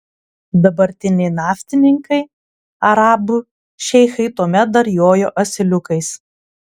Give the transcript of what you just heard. dabartiniai naftininkai arabų šeichai tuomet dar jojo asiliukais